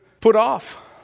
put-off